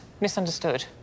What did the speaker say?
Misunderstood